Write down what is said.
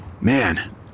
Man